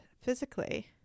physically